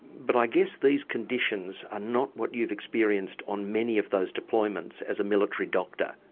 but i guess these conditions are not what you've experienced on many of those deployments as a military doctor?